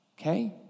okay